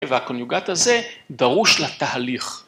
והקוניוגט הזה דרוש לתהליך.